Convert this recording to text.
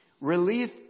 relief